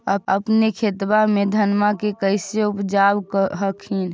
अपने खेतबा मे धन्मा के कैसे उपजाब हखिन?